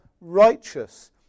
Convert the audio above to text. righteous